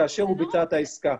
כאשר הוא ביצע את העסקה.